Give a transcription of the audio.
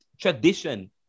tradition